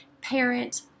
parent